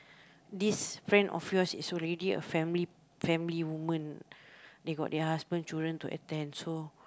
this friend of yours is already a family family woman they got their husband children to attend so